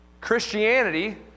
Christianity